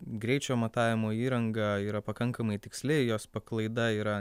greičio matavimo įranga yra pakankamai tiksli jos paklaida yra